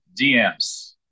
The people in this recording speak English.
DMs